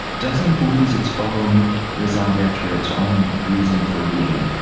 doesn't lose its own raison d'etre, its own reason for being,